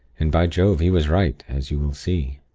and, by jove! he was right, as you will see.